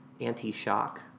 anti-shock